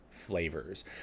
flavors